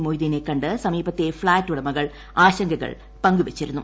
മൊയ്തീനെ കണ്ട് സമീപത്തെ ഫ്ളാറ്റ് ഉടമകൾ ആശങ്കകൾ പങ്കു വച്ചിരുന്നു